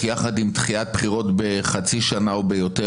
יחד עם דחיית בחירות בחצי שנה או יותר.